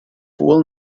fool